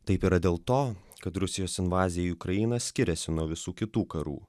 taip yra dėl to kad rusijos invazija į ukrainą skiriasi nuo visų kitų karų